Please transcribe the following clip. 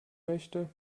möchte